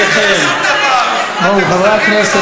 במדינה הזאת, חבר הכנסת